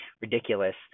ridiculous